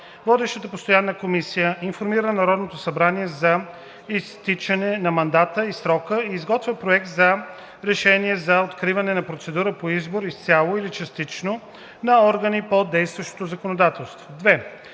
водещата постоянна комисия информира Народното събрание за изтичане на мандата или срока и изготвя проект на решение за откриване на процедура по избор, изцяло или частично, на органи по действащото законодателство.